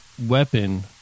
weapon